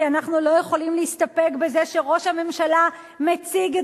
כי אנחנו לא יכולים להסתפק בזה שראש הממשלה מציג את